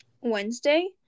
Wednesday